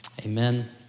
amen